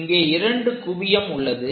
இங்கே இரண்டு குவியம் உள்ளது